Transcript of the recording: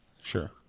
Sure